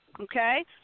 okay